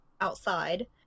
outside